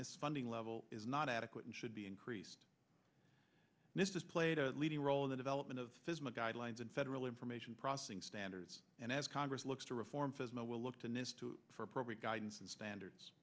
this funding level is not adequate and should be increased this is played a leading role in the development of physical guidelines and federal information processing standards and as congress looks to reform fresno will look to nist to for appropriate guidance and standards